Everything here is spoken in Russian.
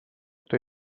эту